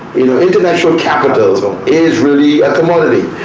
you know intellectual capital so is really a commodity.